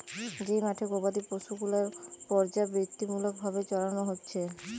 যেই মাঠে গোবাদি পশু গুলার পর্যাবৃত্তিমূলক ভাবে চরানো হচ্ছে